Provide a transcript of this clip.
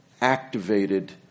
activated